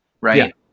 right